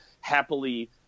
happily